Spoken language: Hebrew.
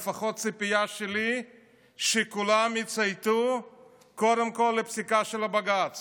לפחות הציפייה שלי היא שכולם יצייתו קודם כול לפסיקה של הבג"ץ